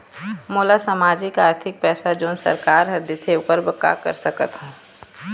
मोला सामाजिक आरथिक पैसा जोन सरकार हर देथे ओकर बर का कर सकत हो?